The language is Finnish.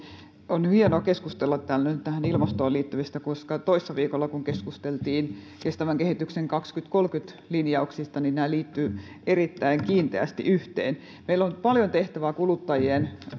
on hienoa keskustella täällä nyt ilmastoon liittyvistä asioista koska toissa viikolla keskusteltiin kestävän kehityksen kaksituhattakolmekymmentä linjauksista ja nämä liittyvät erittäin kiinteästi yhteen meillä on paljon tehtävää kuluttajien